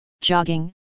jogging